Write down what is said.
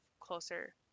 closer